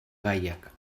gaiak